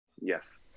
Yes